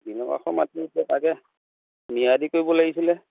বিলৰ কাষৰ মাটি এতিয়া তাকে ম্যাদি কৰিব লাগিছিলে